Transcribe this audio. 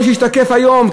כמו שהשתקף היום,